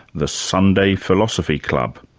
the sunday philosophy club,